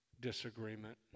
disagreement